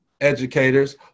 educators